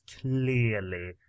clearly